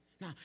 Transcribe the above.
Now